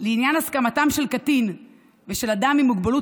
"לעניין הסכמתם של קטין ושל אדם עם מוגבלות